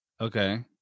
Okay